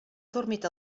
adormit